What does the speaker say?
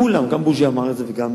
כולם, גם בוז'י אמר את זה, וגם